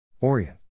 Orient